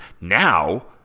Now